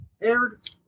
aired